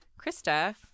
Krista